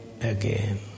again